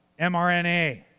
mRNA